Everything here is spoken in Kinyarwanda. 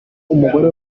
umugore